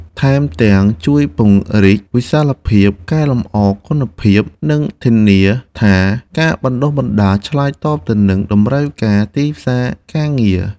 ថែមទាំងជួយពង្រីកវិសាលភាព កែលម្អគុណភាព និងធានាថាការបណ្តុះបណ្តាលឆ្លើយតបទៅនឹងតម្រូវការទីផ្សារការងារ។